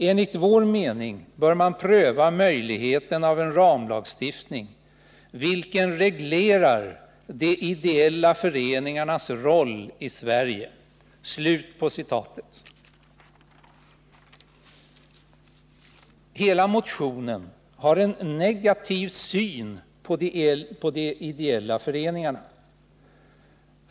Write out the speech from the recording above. Enligt vår mening bör man pröva möjligheten av en ramlagstiftning, vilken reglerar de ideella föreningarnas roll i Sverige.” Hela motionen har en negativ syn på de ideella föreningarna.